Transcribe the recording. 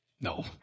No